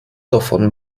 davon